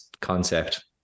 concept